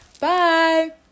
Bye